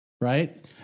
right